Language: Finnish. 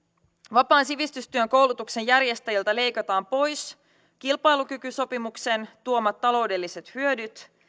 vapaan sivistystyön koulutuksenjärjestäjiltä leikataan pois kilpailukykysopimuksen tuomat taloudelliset hyödyt